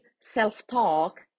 self-talk